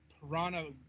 Piranha